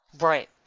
Right